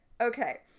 okay